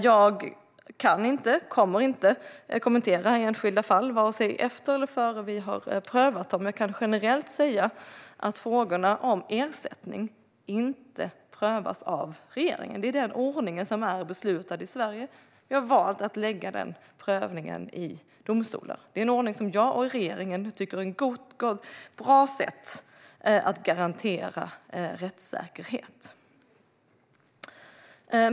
Jag kan inte och kommer inte att kommentera enskilda fall vare sig efter eller innan vi har prövat dem. Jag kan generellt säga att frågorna om ersättning inte prövas av regeringen. Det är den ordning som är beslutad i Sverige. Vi har valt att lägga den prövningen i domstolar. Det är en ordning som jag och regeringen tycker är ett bra sätt att garantera rättssäkerhet.